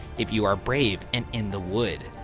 if you are brave and in the wood,